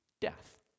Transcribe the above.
death